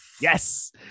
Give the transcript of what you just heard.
Yes